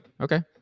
Okay